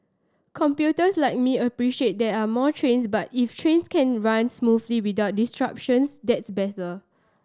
computers like me appreciate that are more trains but if trains can run smoothly without disruptions that's better